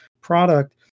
product